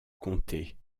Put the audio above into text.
comté